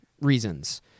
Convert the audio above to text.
reasons